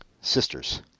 Sisters